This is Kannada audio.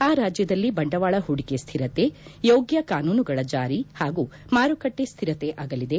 ಆ ರಾಜ್ಯದಲ್ಲಿ ಬಂಡವಾಳ ಹೂಡಿಕೆ ಸ್ಥಿರತೆ ಯೋಗ್ಯ ಕಾನೂನುಗಳ ಜಾರಿ ಹಾಗೂ ಮಾರುಕಟ್ಟೆ ಸ್ಥಿರತೆ ಆಗಲಿದೆ